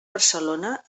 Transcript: barcelona